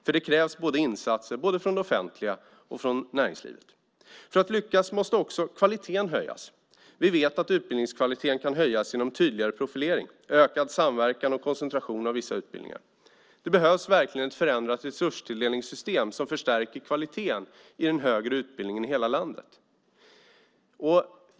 För det krävs insatser både från det offentliga och från näringslivet. För att lyckas måste också kvaliteten höjas. Vi vet att utbildningskvaliteten kan höjas genom tydligare profilering, ökad samverkan och koncentration av vissa utbildningar. Det behövs verkligen ett förändrat resurstilldelningssystem som förstärker kvaliteten i den högre utbildningen i hela landet.